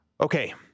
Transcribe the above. Okay